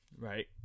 Right